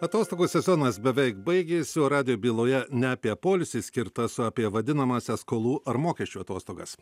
atostogų sezonas beveik baigėsi o radijo byloje ne apie poilsį skirtas o apie vadinamąsias skolų ar mokesčių atostogas